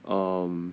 um